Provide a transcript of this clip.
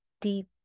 deep